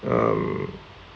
um